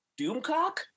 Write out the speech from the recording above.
Doomcock